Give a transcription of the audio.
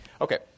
Okay